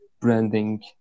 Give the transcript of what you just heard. branding